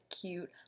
cute